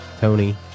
Tony